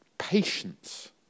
patience